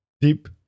deep